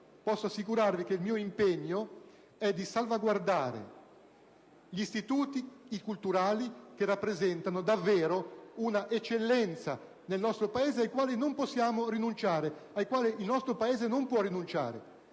posso assicurarvi che il mio impegno è di salvaguardare gli istituti culturali, che rappresentano davvero un'eccellenza del nostro Paese, ai quali il nostro Paese non può rinunciare.